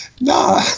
No